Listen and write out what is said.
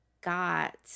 got